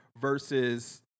versus